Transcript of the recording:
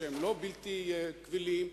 שהם לא בלתי קבילים,